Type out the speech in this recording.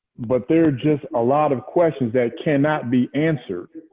but there are just a lot of questions that cannot be answered,